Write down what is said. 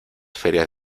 ferias